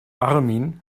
armin